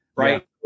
right